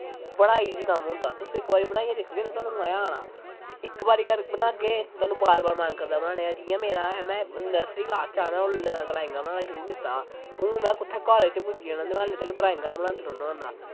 बड़ा इजी कम्म होंदा तुस इकबारी बनाइयै दिक्खगे ना तोहानू मज़ा आना इक बारी बनागे तोहानू बार बार मन करदा कि जियां मेरा में नर्सरी क्लास बिच्च हा उसलै दा ड्राईंगा बनाना शुरु कीता हून में कुत्थें कालेज च पुज्जी दा ते अज़े तक ड्राईंगा गै बनांदा रोह्ना होन्नां